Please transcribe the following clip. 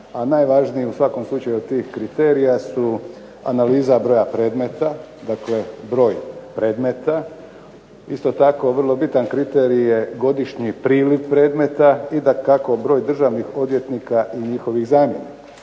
najvažnije u svakom slučaju od tih kriterija su analiza broja predmeta, dakle broj predmeta. Isto tako vrlo bitan kriterij godišnji priliv predmeta i dakako broj državnih odvjetnika i njihovih zamjenika.